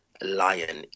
lion